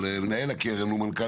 אבל מנהל הקרן הוא מנכ"ל